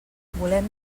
volem